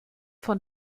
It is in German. von